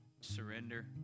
Surrender